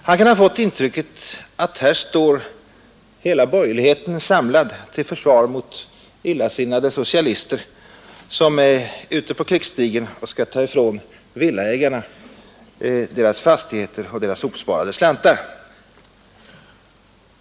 Han kan ha fått det intrycket att här står hela borgerligheten samlad till försvar mot illasinnade socialister, som är ute på krigsstigen och skall ta ifrån villaägarna deras fastigheter och deras hopsparade slantar.